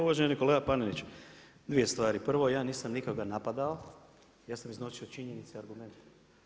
Uvaženi kolega Panenić, dvije stvari, prvo ja nisam nikoga napadao, ja sam iznosio činjenice i argumente.